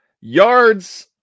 Yards